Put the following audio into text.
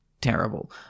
terrible